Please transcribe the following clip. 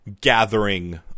gathering